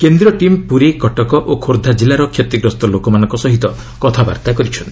କେନ୍ଦ୍ରୀୟ ଟିମ୍ ପୁରୀ କଟକ ଓ ଖୋର୍ଦ୍ଧା କିଲ୍ଲାର କ୍ଷତିଗ୍ରସ୍ତ ଲୋକମାନଙ୍କ ସହ କଥାବାର୍ତ୍ତା କରିଛନ୍ତି